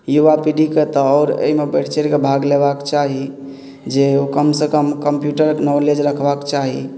युवा पीढ़ीके तऽ आओर एहिमे बढ़ि चढ़ि कऽ भाग लेबाक चाही जे ओ कमसँ कम कम्प्यूटरक नॉलेज रखबाक चाही